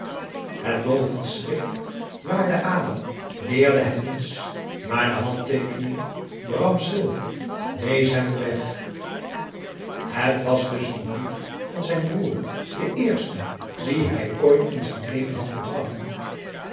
het bovenschrift waarde adam leerde hem niets maar de handteekening bram silver wees hem den weg het was dus een brief van zijn broer den eersten dien hij ooit in z'n leven had ontvangen